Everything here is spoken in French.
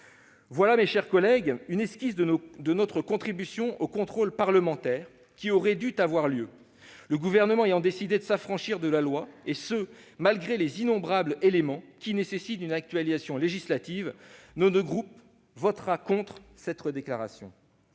par vos arbitrages. Voilà esquissée notre contribution au contrôle parlementaire qui aurait dû avoir lieu. Le Gouvernement ayant décidé de s'affranchir de la loi malgré les innombrables éléments qui nécessitent une actualisation législative, nous voterons contre cette déclaration.